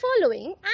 following